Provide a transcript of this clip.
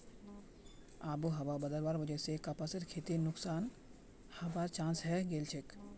आबोहवा बदलवार वजह स कपासेर खेती नुकसान हबार चांस हैं गेलछेक